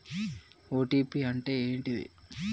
OTP అంటే ఏంటిది?